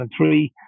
2003